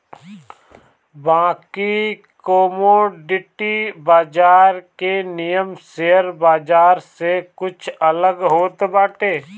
बाकी कमोडिटी बाजार के नियम शेयर बाजार से कुछ अलग होत बाटे